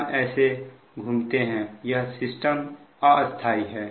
हम ऐसे घूमते हैं यह सिस्टम अस्थाई है